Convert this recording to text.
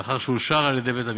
לאחר שאושר על-ידי בית-המשפט.